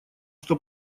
что